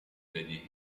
degli